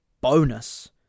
bonus